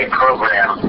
program